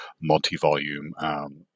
multi-volume